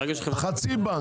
חצי בנק,